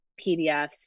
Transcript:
PDFs